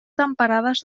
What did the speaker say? temperades